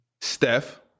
Steph